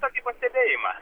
tokį pastebėjimą